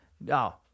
No